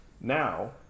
now